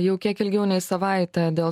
jau kiek ilgiau nei savaitę dėl